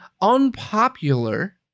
unpopular